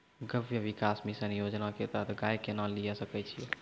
गव्य विकास मिसन योजना के तहत गाय केना लिये सकय छियै?